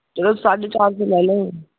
चलो साड्ढे चार सौ लाई लैएओ